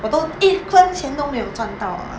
我都一分钱都没有赚到 ah